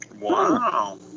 Wow